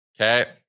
Okay